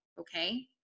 okay